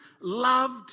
loved